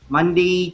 Monday